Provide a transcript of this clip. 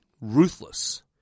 ruthless